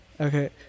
Okay